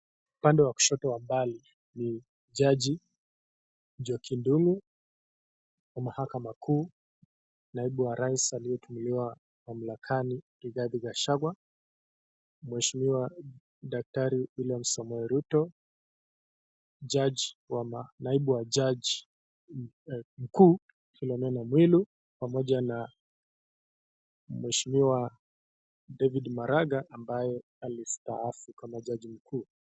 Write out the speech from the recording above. Upande wa kushoto wa mbali ni jaji Njoki Ndungu wa Mahakama makuu, naibu wa rais aliyetimuliwa mamlakani Rigathi Gachagua, Mheshimiwa Daktari William Samoei Ruto, Naibu wa Judge Philomena Mwilu pamoja na Mheshimiwa David Maraga ambaye alistaafu kama Jaji Mkuu.